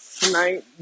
tonight